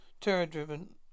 terror-driven